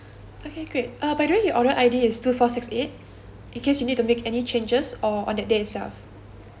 by the way your order I_D is two four six eight in case you need to make any changes or on that day itself